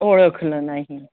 ओळखलं नाही